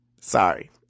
sorry